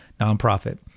nonprofit